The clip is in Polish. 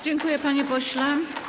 Dziękuję, panie pośle.